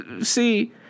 See